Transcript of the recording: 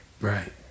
Right